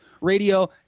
Radio